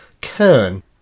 Kern